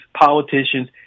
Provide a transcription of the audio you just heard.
politicians